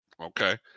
Okay